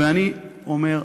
ואני אומר,